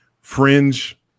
fringe